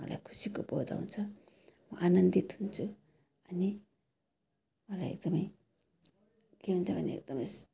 मलाई खुसीको बोध आउँछ म आनन्दित हुन्छु अनि मलाई एकदमै के हुन्छ भने एकदमै स्